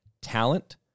talent